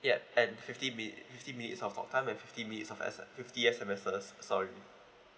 ya and fifty min~ fifty minutes of talk time and fifty minutes fifty S_M_Ses sorry